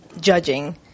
judging